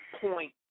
point